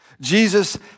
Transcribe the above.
Jesus